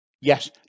Yes